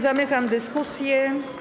Zamykam dyskusję.